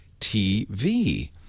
tv